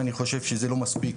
אני חושב שזה לא מספיק.